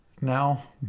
now